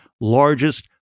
largest